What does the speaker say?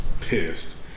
pissed